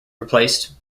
replaced